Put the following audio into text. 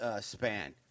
span